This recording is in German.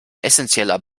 essenzieller